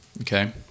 okay